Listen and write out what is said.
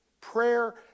Prayer